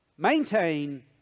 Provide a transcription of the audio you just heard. Maintain